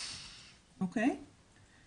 אוקיי?